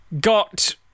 got